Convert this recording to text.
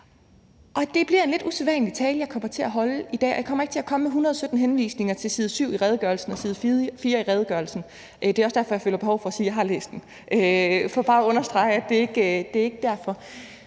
Det bliver en lidt usædvanlig tale, jeg kommer til at holde i dag, og jeg kommer ikke til at komme med 117 henvisninger til side 7 eller side 4 i redegørelsen, og det er også derfor, jeg føler behov for at sige, at jeg har læst den – det er bare for at understrege, at det ikke er derfor.